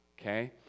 okay